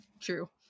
true